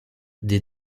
des